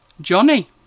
Johnny